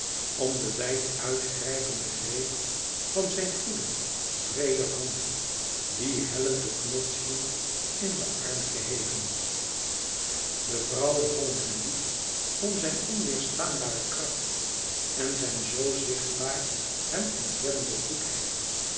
om den wijd uit grijpenden greep van zijn goede breede hand die hellend den knots hield in den arm geheven de vrouwen hadden hem lief om zijn onweêrstaanbare kracht en zijn zoo zichtbaar hem ontwellende goedheid